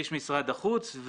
איש משרד החוץ.